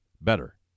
better